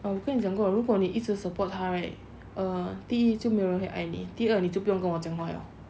如果你一直 support 他 right err 第一是没有人爱你第二呢就不用跟我讲话了